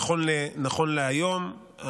נכון להיום,